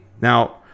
now